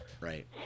Right